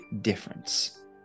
difference